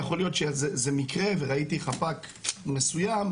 יכול להיות שזה מקרה וראיתי חפ"ק מסוים,